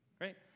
right